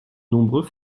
nombreux